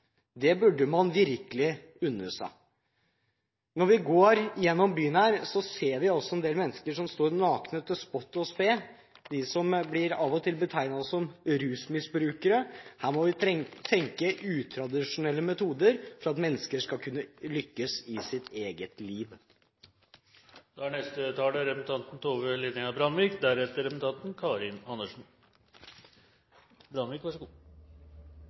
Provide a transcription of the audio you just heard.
Det burde man virkelig unne seg. Når vi går gjennom byen her, ser vi en del mennesker som står nakne til spott og spe – de som av og til blir betegnet som rusmisbrukere. Her må vi tenke utradisjonelle metoder for at mennesker skal kunne lykkes i sitt eget liv. «Navere» er